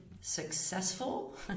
successful